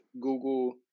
google